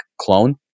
clone